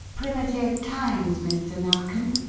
primitive times, mr. narkom,